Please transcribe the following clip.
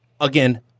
again